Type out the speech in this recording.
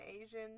Asian